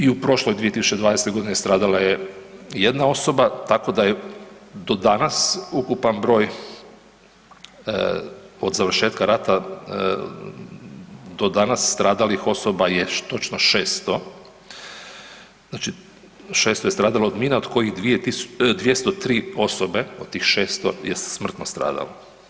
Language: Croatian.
I u prošloj 2020.g. stradala je jedna osoba, tako da je do danas ukupan broj od završetka rata do danas stradalih osoba je točno 600, znači 600 je stradalo od mina, od kojih 203 osobe od tih 600 je smrtno stradalo.